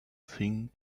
thing